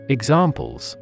Examples